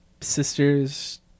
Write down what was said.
sisters